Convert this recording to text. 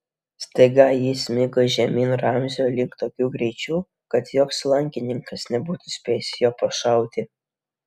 staiga jis smigo žemyn ramzio link tokiu greičiu kad joks lankininkas nebūtų spėjęs jo pašauti